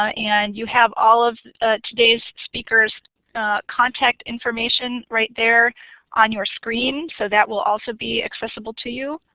and you have all of today's speakers' contact information right there on your screen, so that will also be accessible to you.